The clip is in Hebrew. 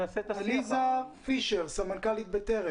עליזה פישר, סמנכ"לית ארגון בטרם.